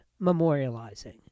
memorializing